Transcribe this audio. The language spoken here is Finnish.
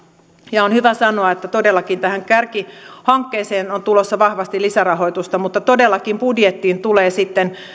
ja on hyvä sanoa että todellakin tähän kärkihankkeeseen on tulossa vahvasti lisärahoitusta mutta todellakin budjettiin tulee sitten